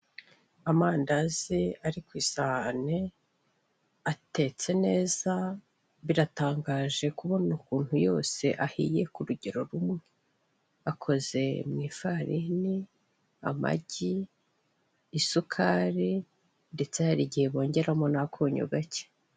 Amandazi arikwisahane, atetse neza biratangaje kubona ukunu yose ahiye ku rugero rumwe akoze mwi ifarini amagi, isukari ndetse harigihe bongeramo n'akunyu gake.